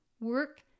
work